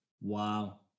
Wow